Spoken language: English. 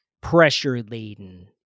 pressure-laden